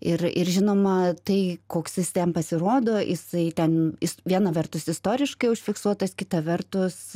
ir ir žinoma tai koks jis ten pasirodo jisai ten jis viena vertus istoriškai užfiksuotas kita vertus